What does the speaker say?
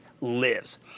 lives